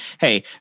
Hey